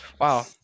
Wow